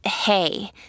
hey